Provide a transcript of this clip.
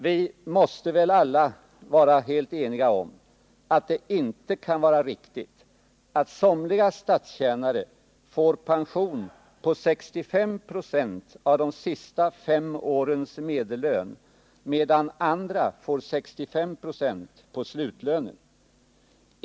Vi måste väl alla vara helt eniga om att det inte kan vara riktigt att somliga statstjänare får pension på 65 96 av de senaste fem årens medellön medan andra får 65 96 på slutlönen.